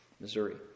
Missouri